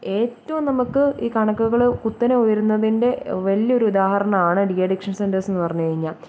ഏറ്റും നമുക്ക് ഈ കണക്കുകൾ കുത്തനെ ഉയരുന്നതിൻ്റെ വലിയൊരു ഉദാഹരണമാണ് ഡി അഡിക്ഷൻ സെൻറ്റേഴ്സ് എന്നു പറഞ്ഞുകഴിഞ്ഞാൽ